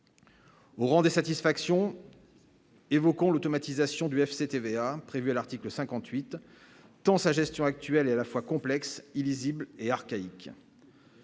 Au rang des satisfactions, évoquant l'automatisation du FC TVA prévue à l'article 58, tant sa gestion actuelle est à la fois complexe, illisible et archaïque.